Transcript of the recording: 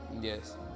Yes